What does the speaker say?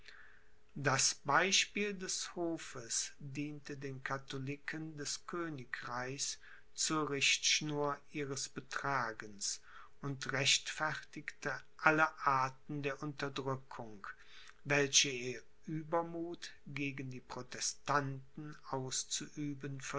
das beispiel des hofes diente den katholiken des königreichs zur richtschnur ihres betragens und rechtfertigte alle arten der unterdrückung welche ihr uebermuth gegen die protestanten auszuüben